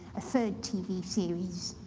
a third tv series.